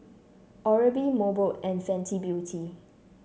Oral B Mobot and Fenty Beauty